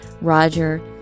Roger